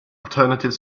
alternative